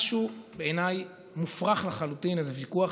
משהו בעיניי מופרך לחלוטין: איזה ויכוח